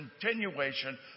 continuation